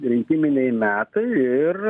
rinkiminiai metai ir